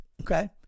okay